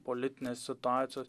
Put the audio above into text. politinės situacijos